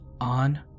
on